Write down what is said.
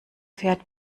fährt